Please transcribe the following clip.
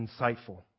insightful